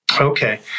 Okay